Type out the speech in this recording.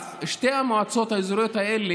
וזה אולי המעשה היחיד שאנחנו יכולים לעשות